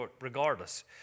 regardless